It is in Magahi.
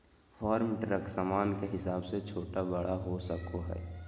फार्म ट्रक सामान के हिसाब से छोटा बड़ा हो सको हय